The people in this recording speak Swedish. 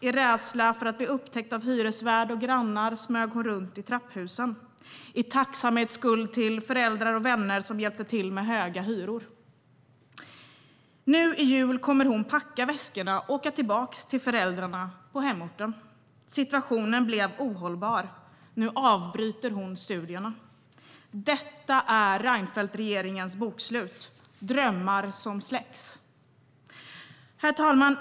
Av rädsla för att bli upptäckt av hyresvärd och grannar smög hon runt i trapphusen, och hon stod i tacksamhetsskuld till föräldrar och vänner som hjälpte till med de höga hyrorna. I jul kommer hon att packa väskorna och åka tillbaka till föräldrarna på hemorten. Situationen blev ohållbar. Nu avbryter hon studierna. Detta är Reinfeldtregeringens bokslut: drömmar som släcks. Herr talman!